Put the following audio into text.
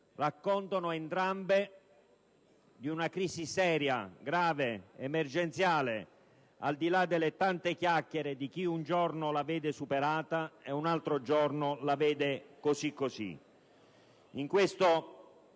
Raccontano entrambe di una crisi seria, grave, emergenziale, al di là delle tante chiacchiere di chi un giorno la vede superata e un altro giorno la vede così così. Anche